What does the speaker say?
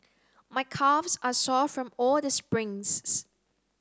my calves are sore from all the sprints